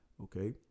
okay